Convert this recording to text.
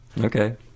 Okay